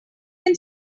can